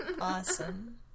Awesome